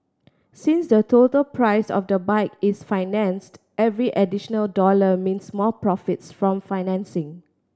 since the total price of the bike is financed every additional dollar means more profits from financing